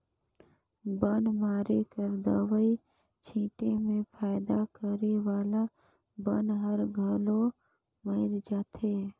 बन मारे कर दवई छीटे में फायदा करे वाला बन हर घलो मइर जाथे